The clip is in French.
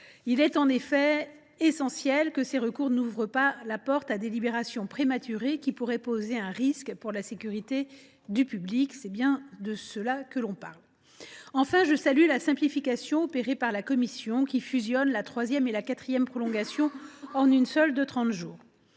Il est en effet essentiel que ces recours n’ouvrent pas la porte à des libérations prématurées, qui pourraient poser un risque pour la sécurité du public. Enfin, je salue la simplification opérée par la commission, qui a fusionné la troisième et la quatrième prolongation en une seule prolongation